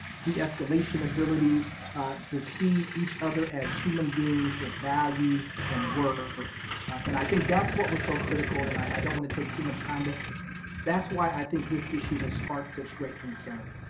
deescalation abilities to see each other as human beings with value and worth and i think that's what was so critical and i don't wanna take too much time but that's why i think this issue has sparked such great concern.